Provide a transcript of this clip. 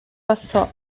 passò